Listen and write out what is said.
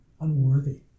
unworthy